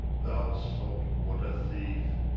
thou salt-water thief!